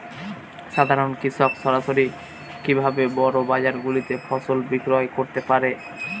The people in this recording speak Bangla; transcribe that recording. সাধারন কৃষক সরাসরি কি ভাবে বড় বাজার গুলিতে ফসল বিক্রয় করতে পারে?